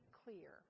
clear